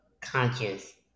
conscious